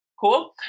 Cool